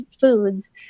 foods